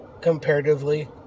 comparatively